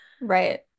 Right